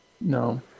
No